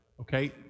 okay